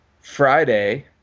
Friday